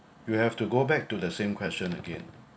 you have to go back to the same question again